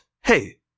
hey